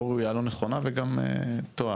לא ראויה, לא נכונה וגם טועה.